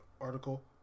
article